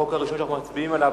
החוק הראשון שאנחנו מצביעים עליו,